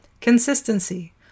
Consistency